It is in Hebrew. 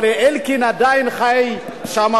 אבל אלקין עדיין חי שם,